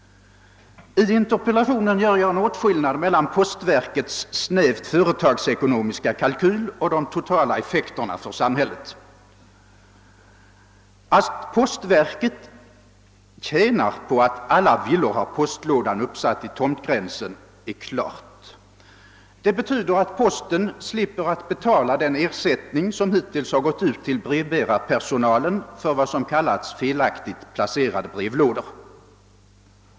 I interpellationen gör jag åtskillnad mellan postverkets snävt företagsekonomiska kalkyl och de totala effekterna för samhället. Att postverket tjänar på att alla villor har postlåda uppsatt vid tomtgränsen är klart. Det betyder att posten slipper betala den ersättning som hittills har utgått till brevbärarper sonalen för vad 'som kallas »felaktigt placerade brevlådor».